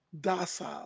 docile